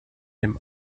dem